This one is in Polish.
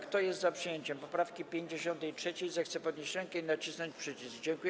Kto jest za przyjęciem poprawki 53., zechce podnieść rękę i nacisnąć przycisk.